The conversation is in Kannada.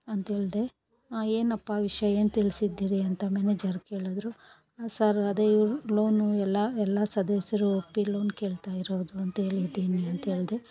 ಅಂತೇಳಿದೆ ಏನಪ್ಪಾ ವಿಷಯ ಏನು ತಿಳ್ಸಿದ್ದೀರಿ ಅಂತ ಮ್ಯಾನೇಜರ್ ಕೇಳಿದ್ರು ಸರ್ ಅದೆ ಲೋನು ಎಲ್ಲ ಎಲ್ಲ ಸದಸ್ಯರು ಒಪ್ಪಿ ಲೋನ್ ಕೇಳ್ತಾ ಇರೋದು ಅಂತ ಹೇಳಿದೀನಿ ಅಂತ ಹೇಳ್ದೆ